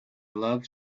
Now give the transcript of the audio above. love